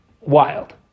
wild